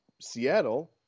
Seattle